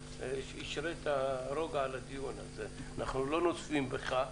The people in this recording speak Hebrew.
השרית רוגע על הדיון היום, אז אנחנו לא נוזפים בך,